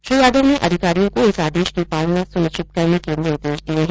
श्री यादव ने अधिकारियों को इस आदेश की पालना सुनिश्चित करने के निर्देश दिये है